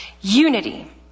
Unity